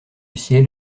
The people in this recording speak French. ciel